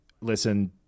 listen